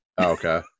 okay